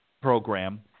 program